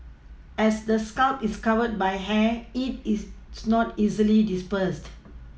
as the scalp is covered by hair heat is not easily dispersed